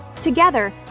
together